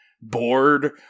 bored